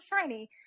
shiny